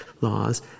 laws